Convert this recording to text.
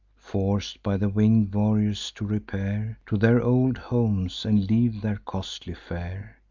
forc'd by the winged warriors to repair to their old homes, and leave their costly fare.